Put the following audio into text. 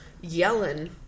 yelling